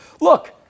Look